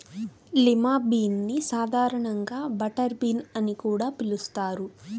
lima bean ని సాధారణంగా butter bean అని కూడా పిలుస్తారు